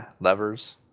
levers